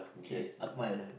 eh Akmal